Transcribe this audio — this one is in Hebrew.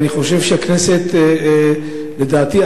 לדעתי,